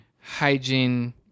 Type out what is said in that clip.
hygiene